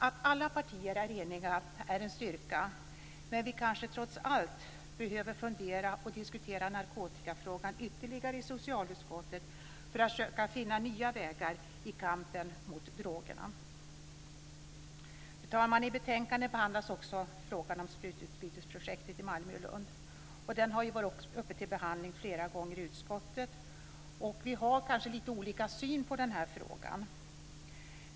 Att alla partier är eniga är en styrka, men vi kanske trots allt behöver fundera och diskutera narkotikafrågan ytterligare i socialutskottet för att försöka finna nya vägar i kampen mot drogerna. Fru talman! I betänkandet behandlas också frågan om sprututbytesprojektet i Malmö och Lund. Den har varit uppe till behandling flera gånger i utskottet. Vi har kanske lite olika syn på den här frågan.